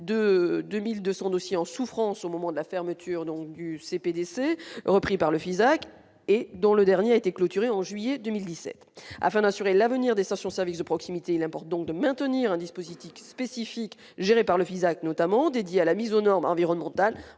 de 2200 dossiers en souffrance au moment de la fermeture donc du CPDC, repris par le Fisac et dont le dernier a été clôturée en juillet 2017 afin d'assurer l'avenir des stations services de proximité, il importe donc de maintenir un dispositif spécifique géré par le Fisac notamment dédiée à la mise aux normes environnementales,